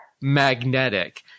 magnetic